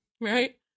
right